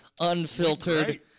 Unfiltered